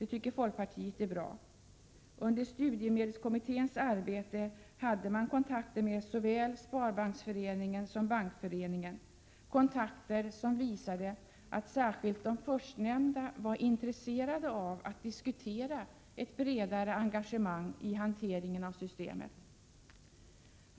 Det tycker folkpartiet är bra. Under studiemedelskommitténs arbete hade man kontakter med såväl Sparbanksföreningen som Bankföreningen, kontakter som visade att särskilt den förstnämnda var intresserad av att diskutera ett bredare engagemang i hanteringen av systemet.